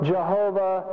Jehovah